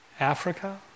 Africa